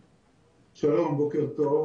שלום, בוקר טוב.